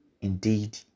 indeed